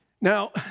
Now